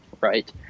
right